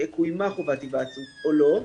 קוימה חובת היוועצות או לא,